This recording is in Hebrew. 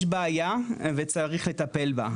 יש בעיה וצריך לטפל בה.